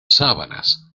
sábanas